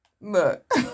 Look